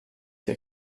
der